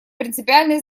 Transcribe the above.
принципиальной